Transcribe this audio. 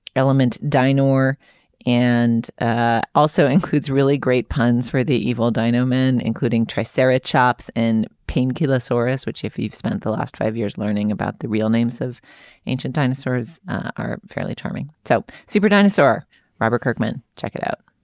element dinosaur and ah also includes really great puns for the evil dinosaur men including triceratops and pain killer stories which if you've spent the last five years learning about the real names of ancient dinosaurs are fairly charming. so super dinosaur robert kirkman. check it out